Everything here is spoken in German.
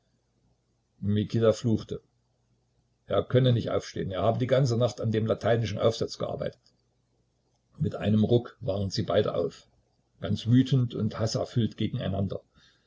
mikita fluchte er könne nicht aufstehen er habe die ganze nacht an dem lateinischen aufsatz gearbeitet mit einem ruck waren sie beide auf ganz wütend und haßerfüllt